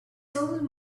soul